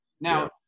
Now